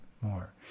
more